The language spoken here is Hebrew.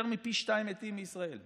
יותר מפי שניים מתים מישראל,